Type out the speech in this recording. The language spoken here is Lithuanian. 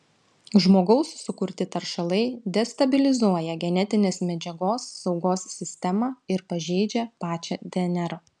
žmogaus sukurti taršalai destabilizuoja genetinės medžiagos saugos sistemą ir pažeidžia pačią dnr